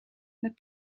het